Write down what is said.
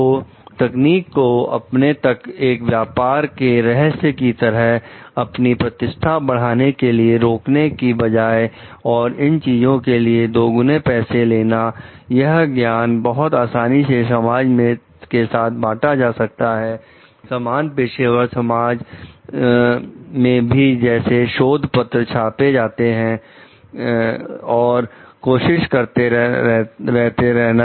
तो तकनीक को अपने तक एक व्यापार के रहस्य की तरह अपनी प्रतिष्ठा बढ़ाने के लिए रोकने की बजाय और इन चीजों के लिए दुगने पैसे लेना यह ज्ञान बहुत आसानी से समाज के साथ बांटा जा सकता है समान पेशेवर समाज में भी जैसे शोध पत्र छाते रहना और कोशिश करते रहना